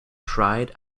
cried